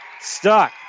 stuck